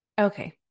Okay